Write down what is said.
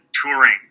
touring